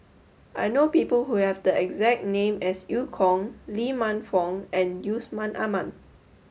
I know people who have the exact name as Eu Kong Lee Man Fong and Yusman Aman